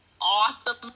awesome